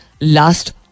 last